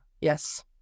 yes